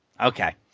Okay